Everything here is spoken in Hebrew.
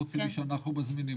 חוץ ממי שאנחנו מזמינים אותו.